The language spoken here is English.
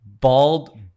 Bald